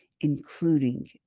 including